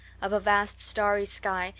of a vast starry sky,